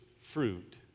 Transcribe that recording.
fruit